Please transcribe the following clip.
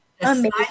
amazing